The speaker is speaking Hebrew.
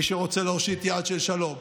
מי שרוצה להושיט יד של שלום,